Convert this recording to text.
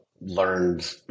learned